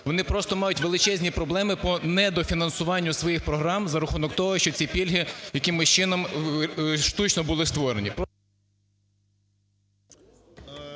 вони просто мають величезні проблеми по недофінансуванню своїх програм за рахунок того, що ці пільги якимось чином штучно були створені.